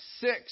six